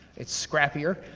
it's scrappier,